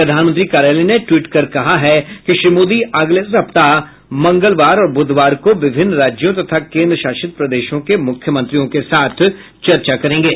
प्रधानमंत्री कार्यालय ने टि्वट कर कहा है कि श्री मोदी अगले सप्ताह मंगलवार और बुधवार को विभिन्न राज्यों तथा केन्द्र शासित प्रदेशों के मुख्यमंत्रियों के साथ चर्चा करेंगे